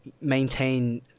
maintain